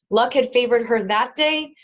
luck had favored her that day,